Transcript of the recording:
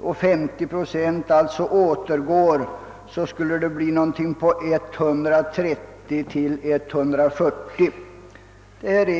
och 530 procent av beloppet alltså återgår till företagen, skulle det röra sig om mellan 130 och 140 miljoner.